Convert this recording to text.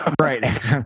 Right